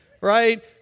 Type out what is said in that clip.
Right